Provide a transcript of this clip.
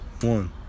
One